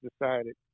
decided